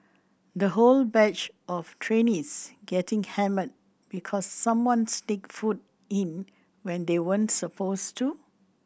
the whole batch of trainees getting hammered because someone sneaked food in when they weren't supposed to